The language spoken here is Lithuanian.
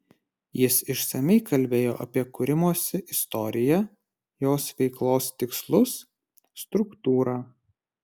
jis išsamiai kalbėjo apie kūrimosi istoriją jos veiklos tikslus struktūrą